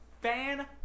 Fan